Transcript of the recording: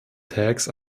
tax